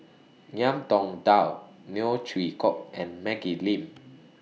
Ngiam Tong Dow Neo Chwee Kok and Maggie Lim